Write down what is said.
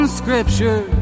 scripture